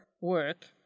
Work